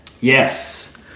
Yes